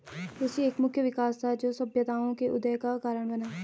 कृषि एक मुख्य विकास था, जो सभ्यताओं के उदय का कारण बना